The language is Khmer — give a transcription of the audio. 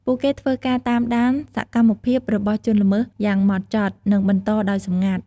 ពួកគេធ្វើការ តាមដាន សកម្មភាពរបស់ជនល្មើសយ៉ាងហ្មត់ចត់ និងបន្តដោយសម្ងាត់។